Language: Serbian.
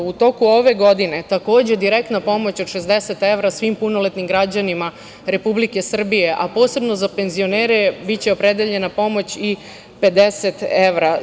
U toku ove godine, takođe, direktna pomoć od 60 evra svim punoletnim građanima Republike Srbije, a posebno za penzionere biće opredeljena pomoć i 50 evra.